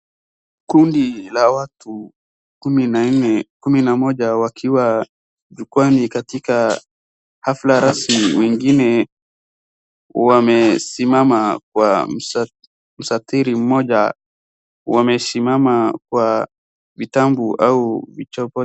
Kundi la watu kumi na moja wakiwa jukwaani katika hafla rasmi. Wengine wamesimama kwa mstatili mmoja wamesimama kwa vitabu au.